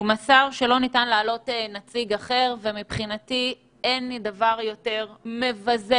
הוא מסר שלא ניתן להעלות נציג אחר ומבחינתי אין דבר יותר מבזה,